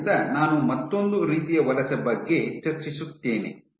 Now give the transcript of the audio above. ಆದ್ದರಿಂದ ನಾನು ಮತ್ತೊಂದು ರೀತಿಯ ವಲಸೆಯ ಬಗ್ಗೆ ಚರ್ಚಿಸುತ್ತೇನೆ